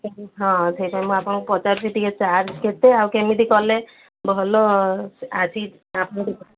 ହଁ ସେଇଥିପାଇଁ ମୁଁ ଆପଣଙ୍କୁ ପଚାରୁଛିି ଟିକେ ଚାର୍ଜ କେତେ ଆଉ କେମିତି କଲେ ଭଲ